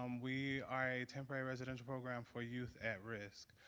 um we are a temporary residential program for youth at risk,